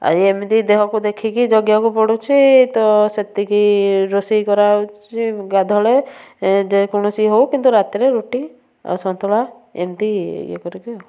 ଆଉ ଏମିତି ଦେହକୁ ଦେଖିକି ଜଗିବାକୁ ପଡ଼ୁଛି ତ ସେତିକି ରୋଷେଇ କରାହେଉଛି ଗାଧୁଆ ବେଳେ ଯେ କୌଣସି ହେଉ କିନ୍ତୁ ରାତିରେ ରୁଟି ଆଉ ସନ୍ତୁଳା ଏମିତି ଇଏ କରିକି